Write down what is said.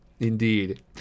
Indeed